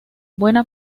buena